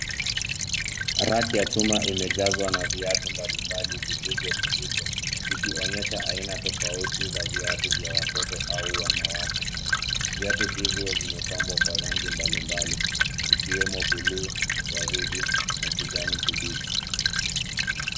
Reki ya chuma imejazwa na viatu mbalimbali vilivyo tundikwa ikionyesha aina tofauti ya viatu vya watoto ama wanawake. Vyatu hivi vimepambwa kwa rangi mbalimbali vikiwemo bluu, waridi na kijani kibichi